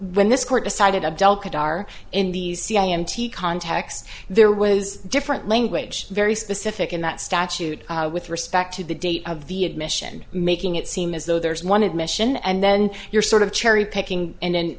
when this court decided a bell kadar in these c m t contacts there was different language very specific and that statute with respect to the date of the admission making it seem as though there's one admission and then you're sort of cherry picking and